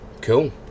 Cool